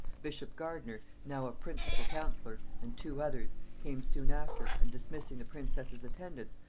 bishop gardiner, now a principal counsellor, and two others, came soon after, and, dismissing the princess's attendants,